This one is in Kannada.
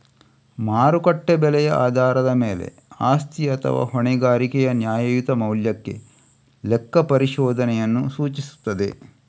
ಮಾರುಕಟ್ಟೆ ಬೆಲೆಯ ಆಧಾರದ ಮೇಲೆ ಆಸ್ತಿ ಅಥವಾ ಹೊಣೆಗಾರಿಕೆಯ ನ್ಯಾಯಯುತ ಮೌಲ್ಯಕ್ಕೆ ಲೆಕ್ಕಪರಿಶೋಧನೆಯನ್ನು ಸೂಚಿಸುತ್ತದೆ